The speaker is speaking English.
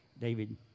David